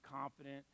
confident